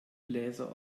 bläser